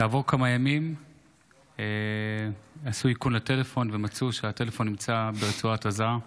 כעבור כמה ימים עשו איכון לטלפון ומצאו שהטלפון נמצא ברצועת עזה.